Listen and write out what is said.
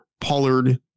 Pollard